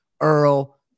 Earl